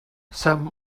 some